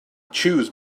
choose